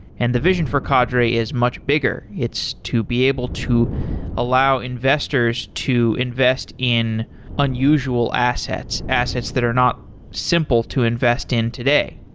and the vision for cadre is much bigger. it's to be able to allow investors to invest in unusual assets, assets that are not simple to invest in today.